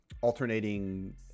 alternating